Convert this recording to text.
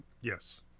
Yes